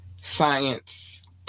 science